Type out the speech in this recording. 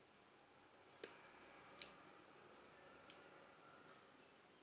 to